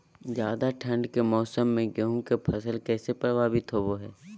ज्यादा ठंड के मौसम में गेहूं के फसल कैसे प्रभावित होबो हय?